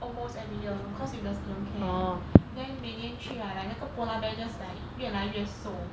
almost every year cause with the student care then 每年去 like like 那个 polar bear just like 越来越瘦